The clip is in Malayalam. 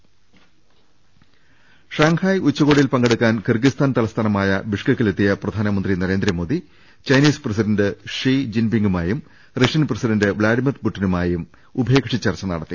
ൾ ൽ ൾ ഷാങ്ഹായ് ഉച്ചകോടിയിൽ പങ്കെടുക്കാൻ കിർഗിസ്ഥാൻ തല സ്ഥാനമായ ബിഷ്കെക്കിൽ എത്തിയ പ്രധാനമന്ത്രി Narendra Modi Chinese president Xi ജിൻപിങ്ങുമായും Russian president Vladimir പുടിനുമായും ഉഭയകക്ഷി ചർച്ച നടത്തി